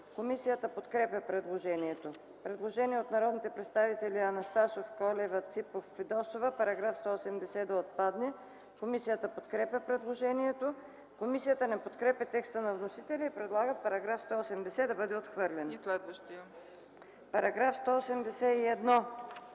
Комисията подкрепя предложението. Предложение на народните представители Анастасов, Колева, Ципов и Фидосова -§ 180 да отпадне. Комисията подкрепя предложението. Комисията не подкрепя текста на вносителя и предлага § 180 да бъде отхвърлен. ПРЕДСЕДАТЕЛ